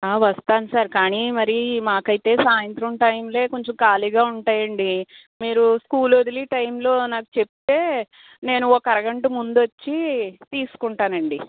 వస్తాను సార్ కానీ మరి మాకైతే సాయంత్రం టైమ్లో కొంచం ఖాళీగా ఉంటాయండి మీరు స్కూల్ వదిలే టైమ్లో నాకు చెప్తే నేను ఒక అరగంట ముందు వచ్చి తీసుకుంటానండి